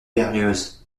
berlioz